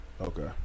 Okay